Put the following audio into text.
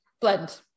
blend